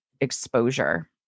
exposure